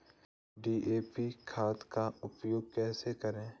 DAP खाद का उपयोग कैसे करें?